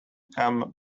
come